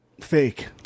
Fake